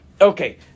Okay